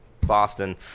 Boston